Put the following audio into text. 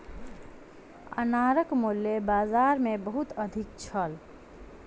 अनारक मूल्य बाजार मे बहुत अधिक छल